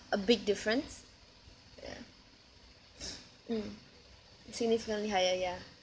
a big difference yeah mm significantly higher ya